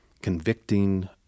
Convicting